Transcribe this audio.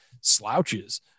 slouches